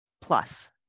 plus